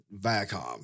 Viacom